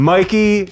Mikey